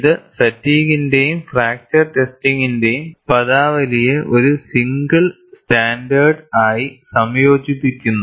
ഇത് ഫാറ്റിഗിന്റെയും ഫ്രാക്ചർ ടെസ്റ്റിംഗിന്റെയും പദാവലിയെ ഒരു സിംഗിൾ സ്റ്റാൻഡേർഡ് ആയി സംയോജിപ്പിക്കുന്നു